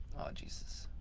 jesus.